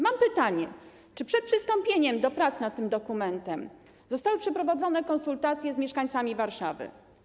Mam pytanie: Czy przed przystąpieniem do prac nad tym dokumentem zostały przeprowadzone konsultacje z mieszkańcami Warszawy?